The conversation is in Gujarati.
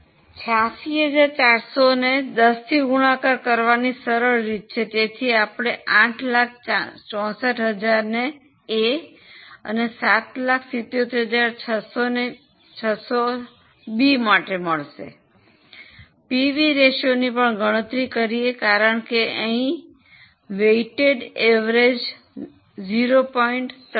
86400 ને 10 ગુણાકાર કરવાની સરળ રીત છે તેથી આપણે 864000 એ અને 777600 બી માટે મળશે પીવી રેશિયોની પણ ગણતરી કરીએ કારણ કે અહીં વેઇટ એવરેજ 0